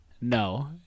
no